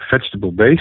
vegetable-based